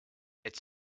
it’s